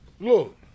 Look